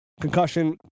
concussion